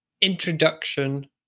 introduction